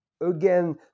again